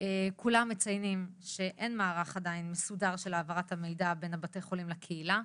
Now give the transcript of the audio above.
כולם מציינים שאין מערך של העברת מידה מבתי החולים לקהילה,